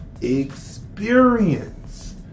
Experience